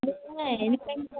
माहाय